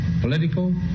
political